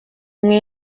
imwe